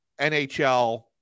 NHL –